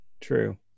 True